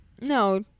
no